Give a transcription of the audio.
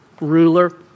ruler